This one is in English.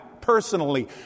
personally